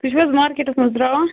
تُہۍ چھُو حظ مارکیٚٹس منٛز تراوان